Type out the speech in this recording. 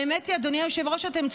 האמת היא, אדוני היושב-ראש, אתם צודקים,